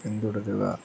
പിന്തുടരുക